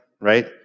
right